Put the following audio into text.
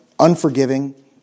Unforgiving